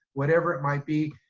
whatever it might be,